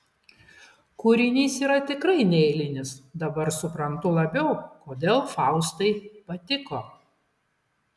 kūrinys yra tikrai neeilinis dabar suprantu labiau kodėl faustai patiko